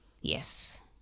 yes